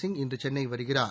சிங் இன்று சென்னை வருகிறார்